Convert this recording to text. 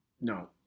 No